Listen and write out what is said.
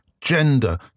gender